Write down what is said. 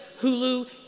Hulu